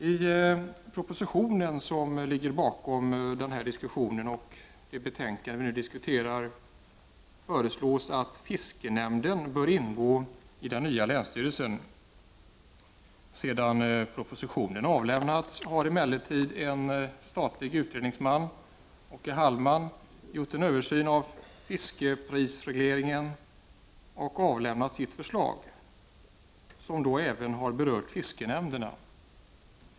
I den proposition som ligger bakom det betänkande vi nu diskuterar föreslås att fiskenämnden bör ingå i den nya länsstyrelsen. Sedan propositionen avlämnats har emellertid en statlig utredningsman, Åke Hallman, gjort en översyn av fiskeprisregleringen och avlämnat sitt förslag, som även berör fiskenämnderna.